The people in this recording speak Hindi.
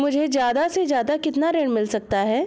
मुझे ज्यादा से ज्यादा कितना ऋण मिल सकता है?